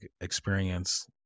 experience